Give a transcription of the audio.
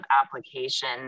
application